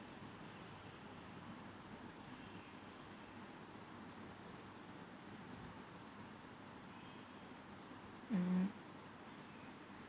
mm